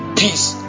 peace